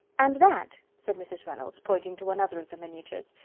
and that, said mrs. reynolds, pointing to another of the miniatures,